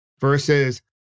versus